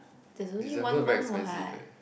there's only one month what